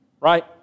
Right